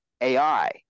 AI